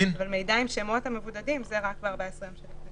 אבל מידע עם שמות המבודדים זה רק ב-14 יום שלפני.